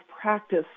practice